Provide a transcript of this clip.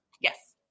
Yes